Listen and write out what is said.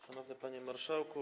Szanowny Panie Marszałku!